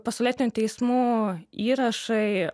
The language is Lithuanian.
pasaulietinių teismų įrašai